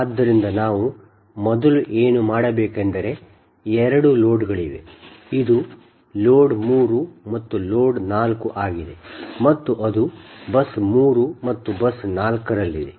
ಆದ್ದರಿಂದ ನಾವು ಮೊದಲು ಏನು ಮಾಡಬೇಕೆಂದರೆ 2 ಲೋಡ್ಗಳಿವೆ ಇದು ಲೋಡ್ 3 ಮತ್ತು ಲೋಡ್ 4 ಆಗಿದೆ ಮತ್ತು ಅದು ಬಸ್ 3 ಮತ್ತು ಬಸ್ 4 ರಲ್ಲಿದೆ